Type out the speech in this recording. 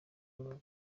rubavu